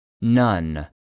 None